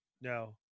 No